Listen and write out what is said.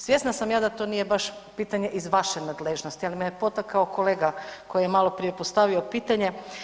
Svjesna sam ja da to nije baš pitanje iz vaše nadležnosti, ali me potakao kolega koji je maloprije postavio pitanje.